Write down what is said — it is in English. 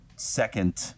Second